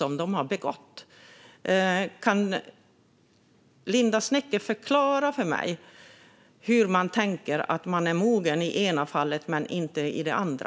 Kan Linda Westerlund Snecker förklara för mig varför man är mogen i det ena fallet men inte i det andra?